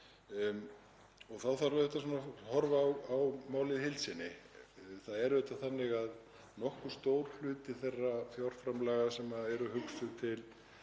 Þá þarf auðvitað að horfa á málið í heild sinni. Það er auðvitað þannig að nokkuð stór hluti þeirra fjárframlaga sem eru hugsuð til